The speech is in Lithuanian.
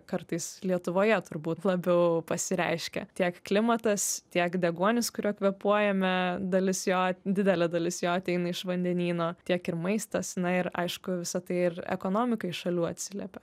kartais lietuvoje turbūt labiau pasireiškia tiek klimatas tiek deguonis kuriuo kvėpuojame dalis jo didelė dalis jo ateina iš vandenyno tiek ir maistas na ir aišku visa tai ir ekonomikai šalių atsiliepia